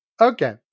Okay